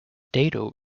dado